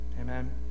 Amen